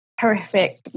horrific